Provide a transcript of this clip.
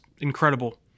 incredible